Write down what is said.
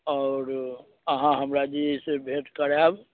आओर अहाँ हमरा जे अइ से भेट करायब